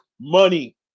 money